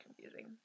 confusing